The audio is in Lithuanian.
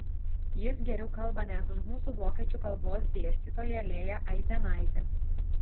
jis geriau kalba net už mūsų vokiečių kalbos dėstytoją lėją aizenaitę